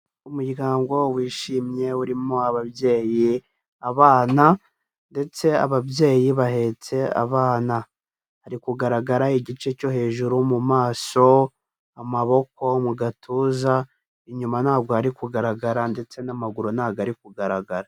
Umuryango wishimye urimo ababyeyi, abana ndetse ababyeyi bahetse abana bari kugaragara igice cyo hejuru mu maso amaboko, mu gatuza inyuma ntabwo ari kugaragara ndetse n'amaguru ntabwo ari kugatagara.